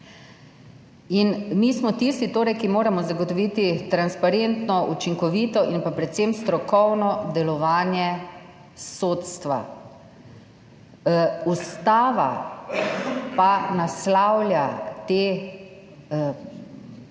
Mi smo torej tisti, ki moramo zagotoviti transparentno, učinkovito in pa predvsem strokovno delovanje sodstva, ustava pa postavlja te imperative